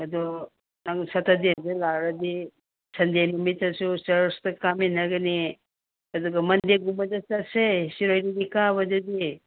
ꯑꯗꯣ ꯅꯪ ꯁꯦꯇꯔꯗꯦꯗ ꯂꯥꯛꯂꯗꯤ ꯁꯟꯗꯦ ꯅꯨꯃꯤꯠꯇꯁꯨ ꯆꯔꯁꯇ ꯀꯥꯃꯤꯟꯅꯒꯅꯤ ꯑꯗꯨꯒ ꯃꯟꯗꯦꯒꯨꯝꯕꯗ ꯆꯠꯁꯦ ꯁꯤꯔꯣꯏ ꯂꯤꯂꯤ ꯀꯥꯕꯗꯨꯗꯤ